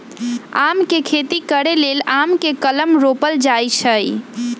आम के खेती करे लेल आम के कलम रोपल जाइ छइ